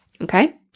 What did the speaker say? Okay